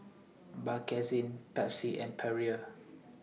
Bakerzin Pepsi and Perrier